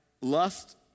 lust